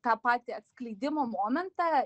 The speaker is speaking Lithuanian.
tą patį atskleidimo momentą